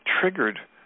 triggered